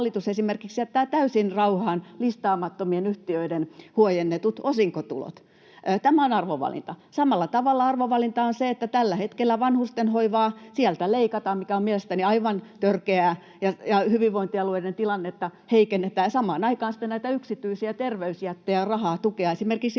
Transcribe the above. jättää täysin rauhaan listaamattomien yhtiöiden huojennetut osinkotulot. Tämä on arvovalinta. Samalla tavalla arvovalinta on se, että tällä hetkellä vanhustenhoivasta leikataan, mikä on mielestäni aivan törkeää, ja hyvinvointialueiden tilannetta heikennetään, ja samaan aikaan sitten näitä yksityisiä terveysjättejä on rahaa tukea esimerkiksi